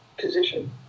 position